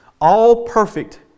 all-perfect